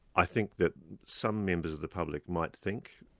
i think that some members of the public might think,